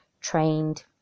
trained